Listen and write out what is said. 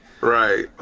Right